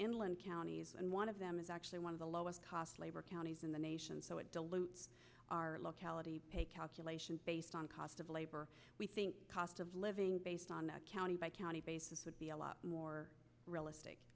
inland counties and one of them is actually one of the lowest cost labor counties in the nation so it dilutes our locality a calculation based on cost of labor cost of living based on that county by county basis would be a lot more realistic